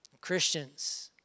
Christians